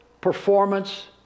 Performance